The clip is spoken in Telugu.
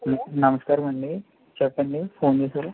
నమస్కారం అండి చెప్పండి ఫోన్ చేశారు